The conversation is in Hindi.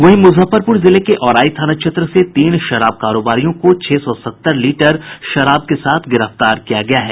वहीं मुजफ्फरपुर जिले के औराई थाना क्षेत्र से तीन शराब कारोबारियों को छह सौ सत्तर लीटर शराब के साथ गिरफ्तार किया गया है